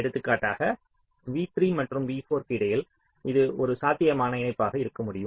எடுத்துக்காட்டாக v3 மற்றும் v4 க்கு இடையில் இது ஒரு சாத்தியமான இணைப்பாக இருக்கமுடியும்